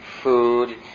food